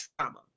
trauma